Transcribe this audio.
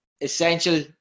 essential